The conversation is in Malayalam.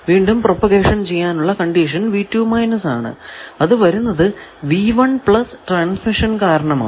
വീണ്ടും പ്രൊപഗേഷൻ ചെയ്യാനുള്ള കണ്ടീഷൻ ആണ് അത് വരുന്നത് ട്രാൻസ്മിഷൻ കാരണമാണ്